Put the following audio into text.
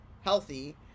healthy